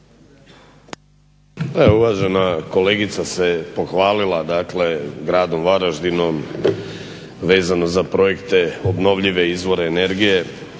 Uvažena kolegica se pohvalila dakle gradom Varaždinom vezano za projekte obnovljive izvore energije.